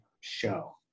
show